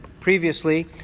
previously